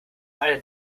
einer